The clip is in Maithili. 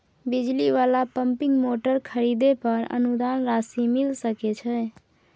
बिजली वाला पम्पिंग मोटर खरीदे पर अनुदान राशि मिल सके छैय?